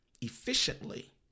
efficiently